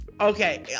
okay